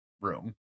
room